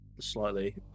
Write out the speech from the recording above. slightly